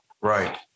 Right